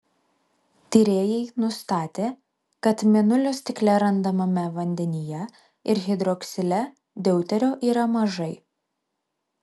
tyrėjai nustatė kad mėnulio stikle randamame vandenyje ir hidroksile deuterio yra mažai